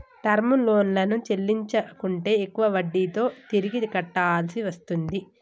term లోన్లను చెల్లించకుంటే ఎక్కువ వడ్డీతో తిరిగి కట్టాల్సి వస్తుంది